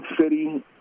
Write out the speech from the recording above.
City